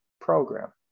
program